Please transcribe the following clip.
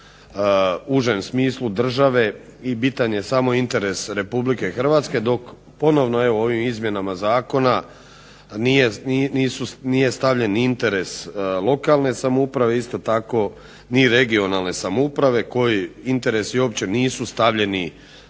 užem smislu države i bitan je samo interes RH dok ponovno evo ovim izmjenama zakona nije stavljen interes lokalne samouprave, isto tako ni regionalne samouprave koji interesi uopće nisu stavljeni